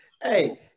Hey